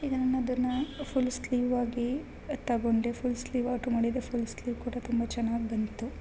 ಈಗ ನಾನು ಅದನ್ನ ಫುಲ್ ಸ್ಲೀವ್ ಆಗಿ ತಗೊಂಡೆ ಫುಲ್ ಸ್ಲೀವ್ ಆಡ್ರು ಮಾಡಿದ್ದೆ ಫುಲ್ ಸ್ಲೀವ್ ಕೂಡ ತುಂಬ ಚೆನ್ನಾಗಿ ಬಂತು